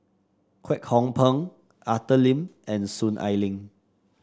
Kwek Hong Png Arthur Lim and Soon Ai Ling